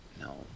No